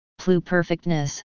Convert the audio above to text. pluperfectness